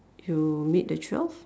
you meet the twelve